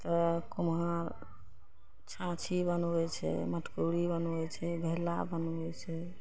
तऽ कुम्हार छाछी बनबय छै मटकुरी बनबय छै घैला बनबय छै